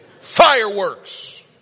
Fireworks